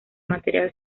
material